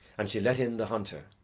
and she let in the hunter.